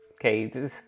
okay